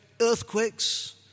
earthquakes